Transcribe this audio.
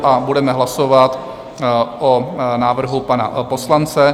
A budeme hlasovat o návrhu pana poslance.